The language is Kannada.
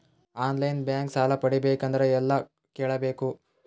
ಆನ್ ಲೈನ್ ಬ್ಯಾಂಕ್ ಸಾಲ ಪಡಿಬೇಕಂದರ ಎಲ್ಲ ಕೇಳಬೇಕು?